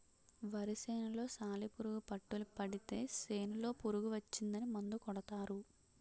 వరి సేనులో సాలిపురుగు పట్టులు పడితే సేనులో పురుగు వచ్చిందని మందు కొడతారు